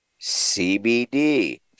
CBD